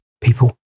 people